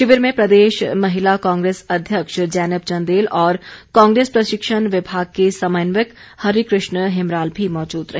शिविर में प्रदेश महिला कांग्रेस अध्यक्ष जैनब चंदेल और कांग्रेस प्रशिक्षण विभाग के समन्वयक हरिकृष्ण हिमराल भी मौजूद रहे